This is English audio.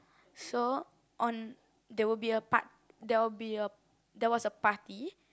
so on there will be a part~ there will be a~ there was a party